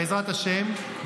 בעזרת השם,